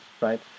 right